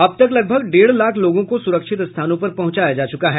अब तक लगभग डेढ़ लाख लोगों को सुरक्षित स्थानों पर पहुंचाया जा चुका है